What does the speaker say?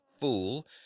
fool